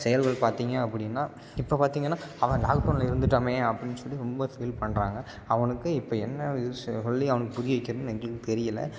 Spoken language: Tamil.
செயல்கள் பார்த்தீங்க அப்படின்னா இப்போ பார்த்தீங்கன்னா அவன் லாக்டவுனில் இருந்துட்டோமே அப்புடின் சொல்லி ரொம்ப ஃபீல் பண்ணுறாங்க அவனுக்கு இப்போ என்ன இது சொல்லி அவனுக்கு புரிய வைக்கிறதுன்னு எங்களுக்குத் தெரியல